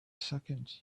second